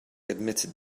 admitted